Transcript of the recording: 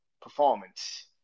performance